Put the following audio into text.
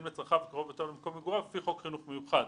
לצרכיו קרוב יותר למקום מגוריו לפי חוק חינוך מיוחד.